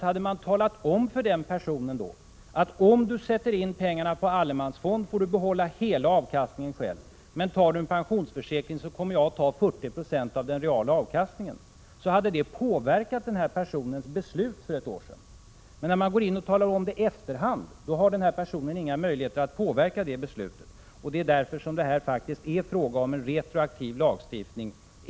Hade man talat om för denna person att om du sätter in på allemansfonden får du behålla hela avkastningen själv, men om du sparar i en pensionsförsäkring tar staten 40 9c av den reala avkastningen, då hade detta inverkat på den personens beslut för ett år sedan. Men nu i efterhand har denna person ingen möjlighet att påverka saken. Det är därför det här faktiskt är fråga om en retroaktiv lagstiftning.